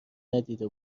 ندیده